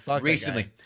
recently